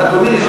אדוני,